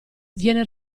viene